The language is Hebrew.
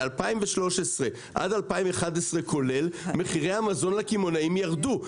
מחירי המזון לקמעונאים ירדו.